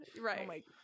right